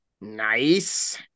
Nice